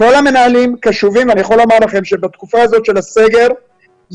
כל המנהלים קשובים ואני יכול לומר לכם שבתקופה הזאת של הסגר יש